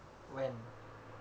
when